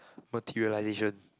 materialisation